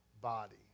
body